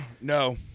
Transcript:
No